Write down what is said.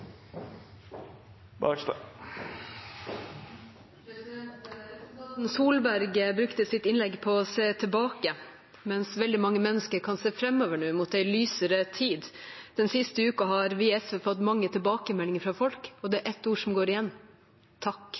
legen. Representanten Solberg brukte sitt innlegg på å se tilbake, mens veldig mange mennesker nå kan se framover, mot en lysere tid. Den siste uken har vi i SV fått mange tilbakemeldinger fra folk, og det er ett ord som går igjen: Takk.